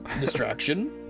distraction